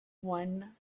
one